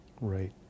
right